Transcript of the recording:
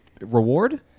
reward